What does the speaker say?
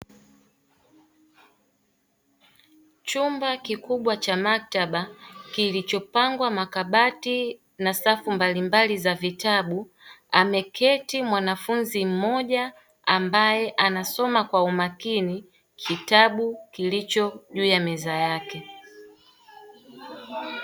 Chumba kikubwa cha maktaba kilichopangwa makabati na safu mbalimbali za vitabu, ameketi mwanafunzi mmoja ambae anasoma kwa umakini kitabu kilicho juu ya meza yake.